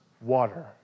water